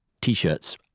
t-shirts